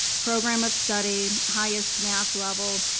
program of study, highest math level,